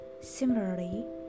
Similarly